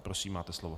Prosím, máte slovo.